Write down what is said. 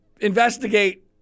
investigate